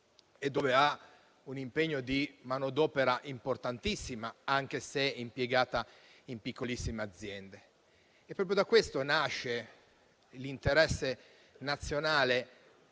e dove ha un impegno di manodopera importantissima, anche se impiegata in piccolissime aziende. Proprio da questo nasce l'interesse nazionale